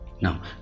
now